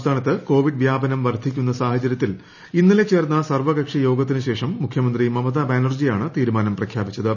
സംസ്ഥാനത്ത് കോവിഡ് വ്യാപനം വർദ്ധിക്കുന്ന സാഹചര്യത്തിൽ ഇന്നലെ ചേർന്ന സർവ്വകക്ഷി യോഗത്തിന് ശേഷം മുഖ്യമന്ത്രി മമത ബാനർജിയാണ് തീരുമാനം പ്രഖ്യാപിച്ചത്